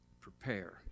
prepare